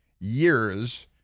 years